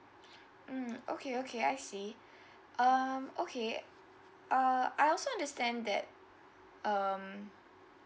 mm okay okay I see um okay uh I also understand that um